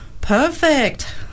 Perfect